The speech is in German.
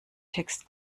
text